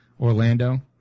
Orlando